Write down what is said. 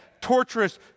torturous